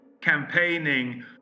campaigning